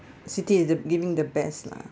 citi is giving the best lah